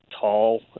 tall